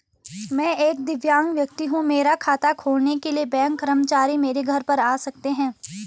मैं एक दिव्यांग व्यक्ति हूँ मेरा खाता खोलने के लिए बैंक कर्मचारी मेरे घर पर आ सकते हैं?